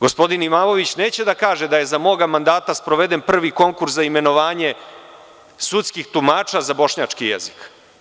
Gospodin Imamović neće da kaže da je za moga mandata sproveden prvi konkurs za imenovanje sudskih tumača za bošnjački jezik.